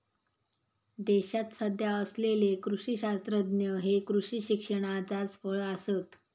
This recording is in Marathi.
देशात सध्या असलेले कृषी शास्त्रज्ञ हे कृषी शिक्षणाचाच फळ आसत